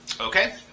okay